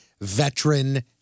veteran